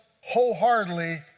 wholeheartedly